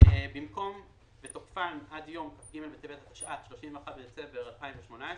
(2) במקום "ותוקפן עד יום כ"ג בטבת התשע"ט (31 בדצמבר 2018)"